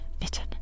mitten